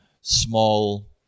small